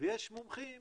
ויש מומחים